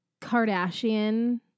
Kardashian